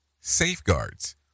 Safeguards